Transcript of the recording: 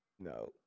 No